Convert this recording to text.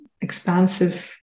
expansive